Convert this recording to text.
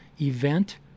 event